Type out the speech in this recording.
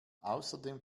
außerdem